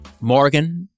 morgan